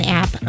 app